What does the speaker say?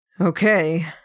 Okay